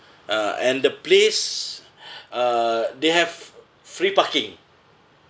uh and the place uh they have f~ free parking